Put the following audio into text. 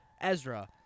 Ezra